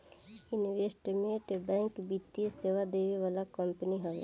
investment bank वित्तीय सेवा देवे वाला कंपनी हवे